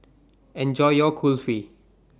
Enjoy your Kulfi